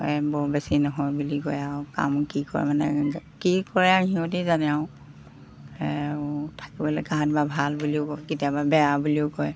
এই বৰ বেছি নহয় বুলি কয় আৰু কাম কি কৰে মানে কি কৰে আৰু সিহঁতে জানে আৰু থাকিবলৈ বা ভাল বুলিও কয় কেতিয়াবা বেয়া বুলিও কয়